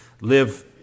live